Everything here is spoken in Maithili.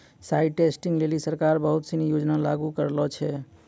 साइट टेस्टिंग लेलि सरकार बहुत सिनी योजना लागू करलें छै